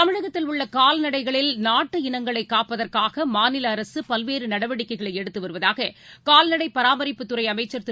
தமிழகத்தில் உள்ள கால்நடைகளில் நாட்டு இனங்களை காப்பதற்காக மாநில அரசு பல்வேறு நடவடிக்கைகளை எடுத்து வருவதாக கால்நடை பராமரிப்புத்துறை அமைச்சர் திரு